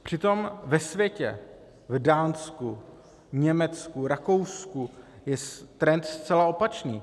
Přitom ve světě, v Dánsku, Německu, Rakousku je trend zcela opačný.